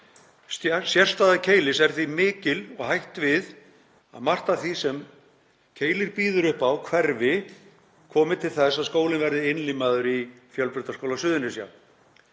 Sérstaða Keilis er því mikil og hætt við að margt af því sem Keilir býður upp á hverfi komi til þess að skólinn verði innlimaður í Fjölbrautaskóla Suðurnesja.